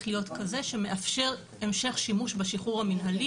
להיות כזה שמאפשר המשך שימוש בשחרור המנהלי,